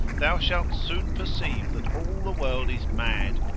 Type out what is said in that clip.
thou shalt soon perceive that all the world is mad,